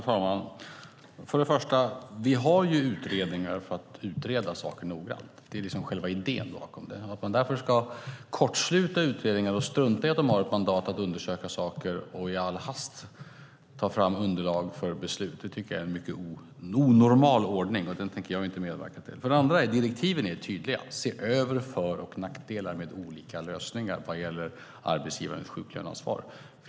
Herr talman! För det första: Vi har utredningar för att utreda saker noggrant. Det är liksom själva idén bakom. Att man ska kortsluta utredningar, strunta i att de har ett mandat att undersöka saker och i all hast ta fram underlag för beslut tycker jag är en mycket onormal ordning, och den tänker jag inte medverka till. För det andra: Direktiven är tydliga - se över för och nackdelar med olika lösningar vad gäller arbetsgivarens sjuklöneansvar.